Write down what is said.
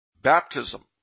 baptism